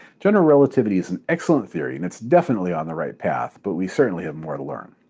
general relativity is an excellent theory and it's definitely on the right path, but we certainly have more to learn.